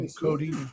Cody